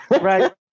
right